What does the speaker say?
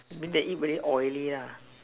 mean that eat already very oily la